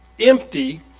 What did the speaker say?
empty